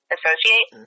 Associate